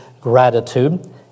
gratitude